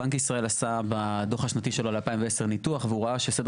בנק ישראל עשה בדוח השנתי שלו ל-2010 ניתוח והוא ראה שסדר